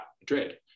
Madrid